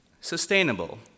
Sustainable